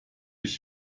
ich